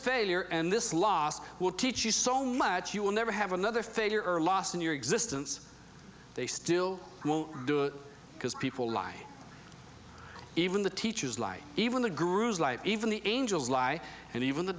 failure and this loss will teach you so much you will never have another failure or lost in your existence they still won't do it because people lie even the teachers like even the gurus like even the angels lie and even the